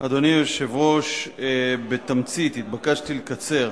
אדוני היושב-ראש, בתמצית התבקשתי לקצר,